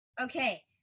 Okay